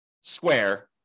square